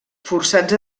forçats